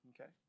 Okay